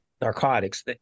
narcotics